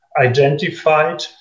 identified